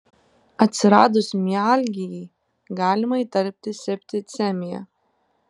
atsiradus mialgijai galima įtarti septicemiją